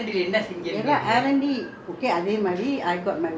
ya lah everybody go their own work we have to do important [what]